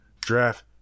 draft